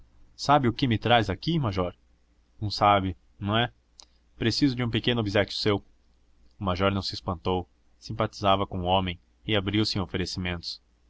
sabe o que me traz aqui major não sabe não é preciso de um pequeno obséquio seu o major não se espantou simpatizava com o homem e abriu-se em oferecimentos